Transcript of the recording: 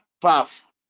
path